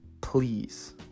please